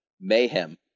Mayhem